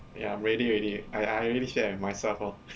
ya ready already I I already share myself lor